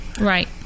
Right